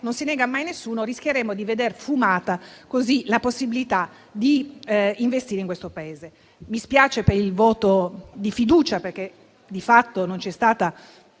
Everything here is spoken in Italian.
non si nega mai a nessuno, rischieremmo di veder così sfumata la possibilità di investire in questo Paese. Mi spiace per il voto di fiducia, perché di fatto non c'è stata